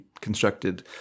constructed